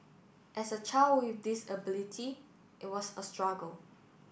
as a child with disability it was a struggle